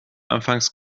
anfangs